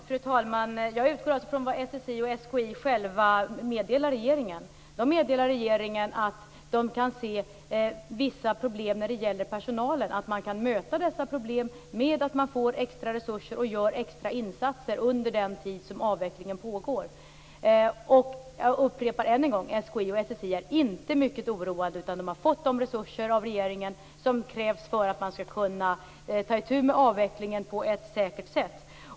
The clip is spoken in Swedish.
Fru talman! Jag utgår från vad SSI och SKI själva meddelar regeringen. De meddelar att de kan se vissa problem när det gäller personalen, men att dessa problem kan mötas genom att man får extra resurser och gör extra insatser under den tid avvecklingen pågår. Jag upprepar än en gång: SKI och SSI är inte mycket oroade. De har fått de resurser av regeringen som krävs för att man skall kunna ta itu med avvecklingen på ett säkert sätt.